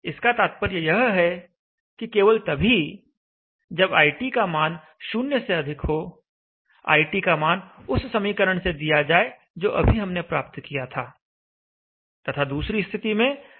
इसका तात्पर्य यह है कि केवल तभी जब iT का मान 0 से अधिक हो iT का मान उस समीकरण से दिया जाए जो अभी हमने प्राप्त किया था तथा दूसरी स्थिति में i का मान 0 कर दिया जाए